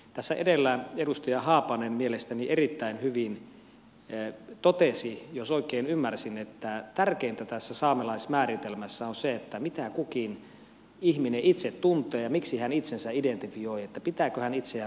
tässä edellä edustaja haapanen mielestäni erittäin hyvin totesi jos oikein ymmärsin että tärkeintä tässä saamelaismääritelmässä on se mitä kukin ihminen itse tuntee ja miksi hän itsensä identifioi että pitääkö hän itseään saamelaisena